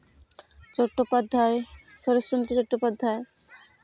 ᱪᱳᱴᱴᱳ ᱯᱟᱫᱽᱫᱷᱟᱭ Sarat Chandra ᱪᱳᱴᱴᱳ ᱯᱟᱫᱽᱫᱷᱟᱭ